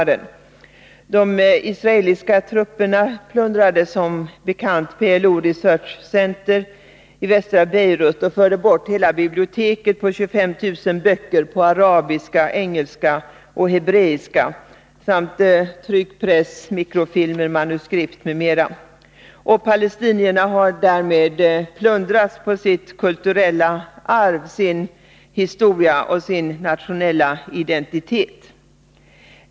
De israeliska trupperna plundrade som bekant PLO Research Center i västra Beirut och förde bort hela biblioteket, som omfattade 25 000 böcker på arabiska, engelska och hebreiska samt tryckpress, mikrofilmer, manuskript m.m. Palestinierna har därmed plundrats på sitt kulturella arv, sin historia och sin nationella identitet.